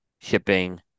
shipping